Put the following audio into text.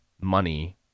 money